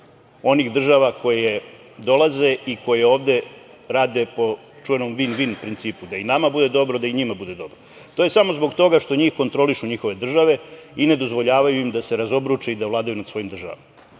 onih država koje dolaze i koje ovde rade po čuvenom vin-vin principu. Da i nama bude dobro da i njima bude dobro. To je samo zbog toga što njih kontrolišu njihove države i ne dozvoljavaju im da se razobruče i da vladaju nad svojim državama.